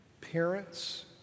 parents